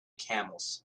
camels